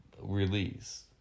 release